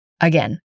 Again